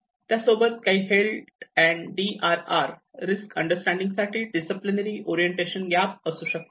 त्यासोबत काही health and D R R risk understanding साठी डिसीप्लिनरी ओरिएंटेशन गॅप असू शकतात